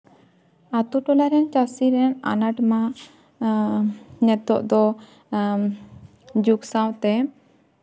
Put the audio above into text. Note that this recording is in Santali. ᱟᱹᱛᱩ ᱴᱚᱞᱟᱨᱮᱱ ᱪᱟᱹᱥᱤ ᱨᱮᱱ ᱟᱱᱟᱴ ᱢᱟ ᱱᱤᱛᱚᱜ ᱫᱚ ᱡᱩᱜᱽ ᱥᱟᱶᱛᱮ